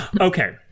Okay